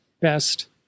best